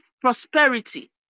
prosperity